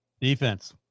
Defense